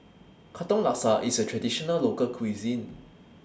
Katong Laksa IS A Traditional Local Cuisine